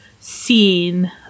scene